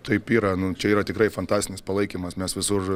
taip yra nu čia yra tikrai fantastinis palaikymas nes visur